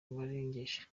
barengeje